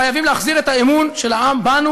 חייבים להחזיר את האמון של העם בנו